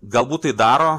galbūt tai daro